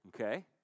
okay